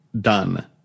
done